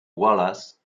wallace